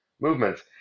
movements